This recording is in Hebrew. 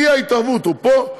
האי-התערבות היא פה,